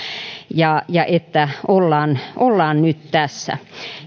ja että ollaan ollaan nyt tässä